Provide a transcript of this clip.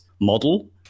model